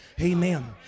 Amen